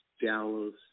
Dallas